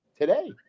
today